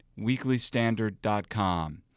weeklystandard.com